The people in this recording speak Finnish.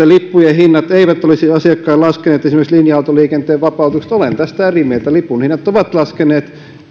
lippujen hinnat eivät olisi asiakkaille laskeneet esimerkiksi linja autoliikenteen vapautuksesta olen tästä eri mieltä lipunhinnat ovat laskeneet